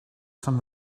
some